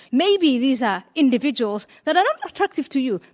maybe these are individuals that are not attractive to you,